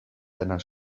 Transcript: seiner